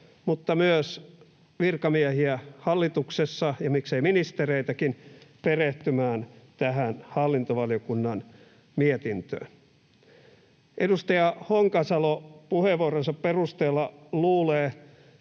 mutta myös virkamiehiä hallituksessa, ja miksei ministereitäkin, perehtymään tähän hallintovaliokunnan mietintöön. Edustaja Honkasalo puheenvuoronsa perusteella luulee